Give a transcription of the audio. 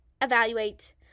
evaluate